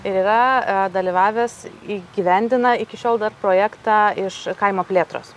ir yra dalyvavęs įgyvendina iki šiol dar projektą iš kaimo plėtros